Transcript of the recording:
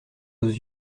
aux